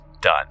done